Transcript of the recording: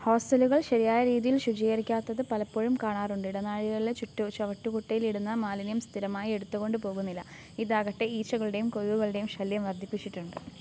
ഹോസ്റ്റലുകൾ ശരിയായ രീതിയിൽ ശുചീകരിക്കാത്തത് പലപ്പോഴും കാണാറുണ്ട് ഇടനാഴികളിലെ ചവിട്ടുകുട്ടയിലിടുന്ന മാലിന്യം സ്ഥിരമായി എടുത്തുകൊണ്ട് പോകുന്നില്ല ഇതാകട്ടെ ഈച്ചകളുടെയും കൊതുകുകളുടെയും ശല്യം വർധിപ്പിച്ചിട്ടുണ്ട്